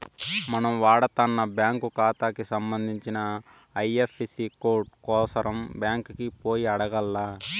మనం వాడతన్న బ్యాంకు కాతాకి సంబంధించిన ఐఎఫ్ఎసీ కోడు కోసరం బ్యాంకికి పోయి అడగాల్ల